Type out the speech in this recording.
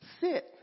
sit